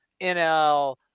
NL